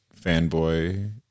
fanboy